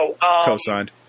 co-signed